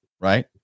right